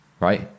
right